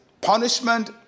punishment